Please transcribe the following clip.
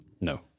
No